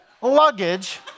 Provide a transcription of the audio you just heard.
luggage